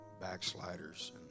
backsliders